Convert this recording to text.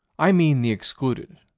i mean the excluded.